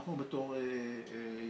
אנחנו בתור יחידה,